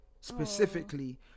specifically